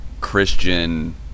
Christian